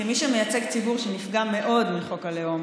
כמי שמייצג ציבור שנפגע מאוד מחוק הלאום,